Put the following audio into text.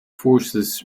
forces